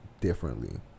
differently